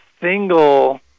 single